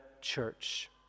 church